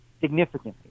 significantly